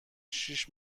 شیش